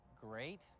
great